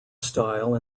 style